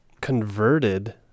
converted